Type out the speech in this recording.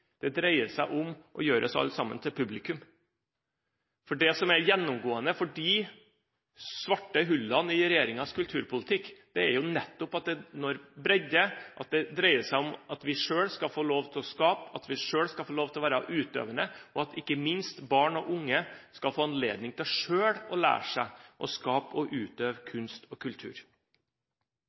regjeringen dreier Kulturløftet og kultursatsing seg om å gjøre oss alle sammen til publikum. Det som er gjennomgående for de svarte hullene i regjeringens kulturpolitikk, er nettopp at når det gjelder bredde, dreier det seg om at vi selv skal få lov til å skape, at vi selv skal få lov til å være utøvende, og at ikke minst barn og unge skal få anledning til selv å lære seg å skape og utøve kunst og kultur.